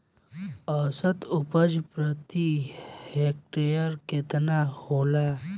औसत उपज प्रति हेक्टेयर केतना होला?